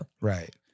Right